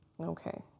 Okay